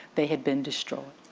they had been destroyed.